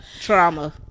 trauma